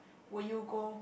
would you go